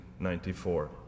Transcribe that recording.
1994